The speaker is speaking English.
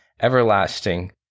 everlasting